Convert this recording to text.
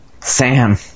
Sam